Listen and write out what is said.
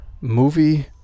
movie